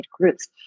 groups